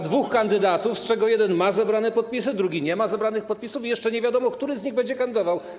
ma dwóch kandydatów, z czego jeden ma zebrane podpisy, drugi nie ma zebranych podpisów, i jeszcze nie wiadomo, który z nich będzie kandydował.